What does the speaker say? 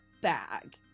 bag